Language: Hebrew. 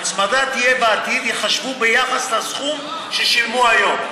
ההצמדה תהיה בעתיד, יחשבו ביחס לסכום ששילמו היום.